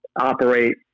operate